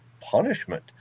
punishment